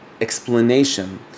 explanation